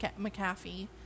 McAfee